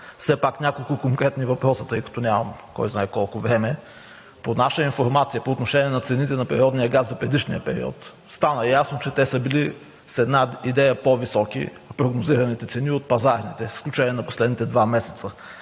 Все пак няколко конкретни въпроса, тъй като нямам кой знае колко време. По отношение на цените на природния газ за предишния период стана ясно, че те са били с една идея по-високи – прогнозираните цени от пазарните, с изключение на последните два месеца.